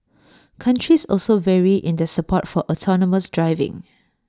countries also vary in their support for autonomous driving